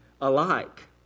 alike